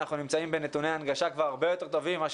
אנחנו נמצאים בנתוני הנגשה כבר הרבה יותר טובים מאשר